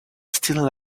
still